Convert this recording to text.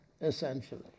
essentially